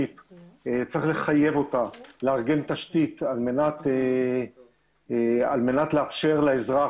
צריך לחייב את הרשות המקומית לארגן תשתית על מנת לאפשר לאזרח,